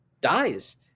dies